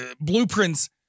blueprints